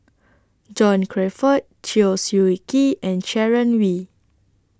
John Crawfurd Chew Swee Kee and Sharon Wee